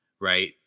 right